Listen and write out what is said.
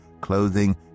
clothing